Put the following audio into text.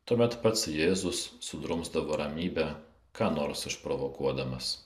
tuomet pats jėzus sudrumsdavo ramybę ką nors išprovokuodamas